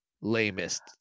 lamest